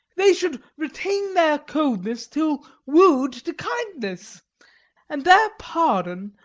they should retain their coldness till wooed to kindness and their pardon,